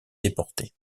déportés